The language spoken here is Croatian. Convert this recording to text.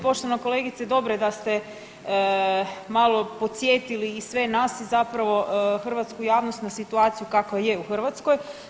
Poštovana kolegice dobro je da ste malo podsjetili i sve nas i zapravo hrvatsku javnost na situaciju kakva je u Hrvatskoj.